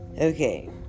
Okay